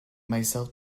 myself